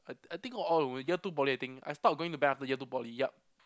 I I think year two poly I think I stop going to band after year two poly yup